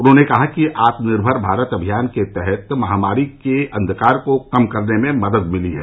उन्होंने कहा कि आत्मनिर्भर भारत अभियान के तहत महामारी के अंधकार को कम करने में मदद मिली है